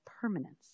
permanence